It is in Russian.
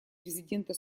президента